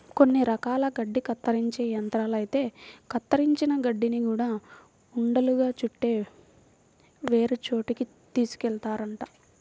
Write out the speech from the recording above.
కొన్ని రకాల గడ్డి కత్తిరించే యంత్రాలైతే కత్తిరించిన గడ్డిని గూడా ఉండలుగా చుట్టి వేరే చోటకి తీసుకెళ్తాయంట